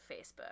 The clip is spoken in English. Facebook